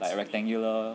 like rectangular